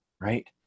right